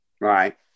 right